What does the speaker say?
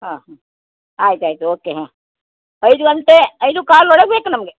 ಹಾಂ ಆಯ್ತು ಆಯ್ತು ಓಕೆ ಹಾಂ ಐದು ಗಂಟೆ ಐದೂಕಾಲು ಒಳಗೆ ಬೇಕು ನಮಗೆ